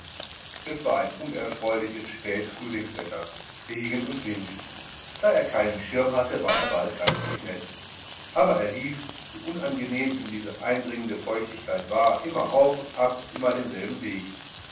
es war ein unfreundliches spät frühlingswetter regen und wind da er keinen schirm hatte war er bald ganz durchnäßt aber er lief so unangenehm ihm diese eindringende feuchtigkeit war immer auf und ab und immer denselben weg